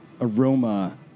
aroma